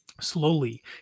Slowly